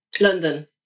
London